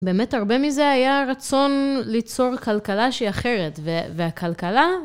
באמת הרבה מזה היה רצון ליצור כלכלה שהיא אחרת, והכלכלה...